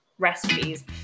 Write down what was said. Recipes